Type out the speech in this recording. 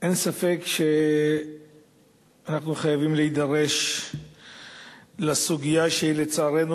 אין ספק שאנחנו חייבים להידרש לסוגיה שלצערנו,